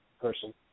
person